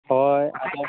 ᱦᱳᱭ